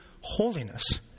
holiness